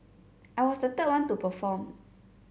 I was the third one to perform